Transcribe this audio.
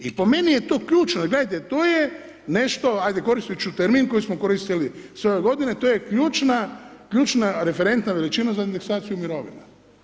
I po meni je to ključno, jer gledajte, to je nešto, ajde koristit ću termin koji smo koristili sve ove godine, to je ključna, ključna referentna veličina za indeksaciju mirovina.